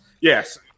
Yes